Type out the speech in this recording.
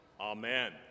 Amen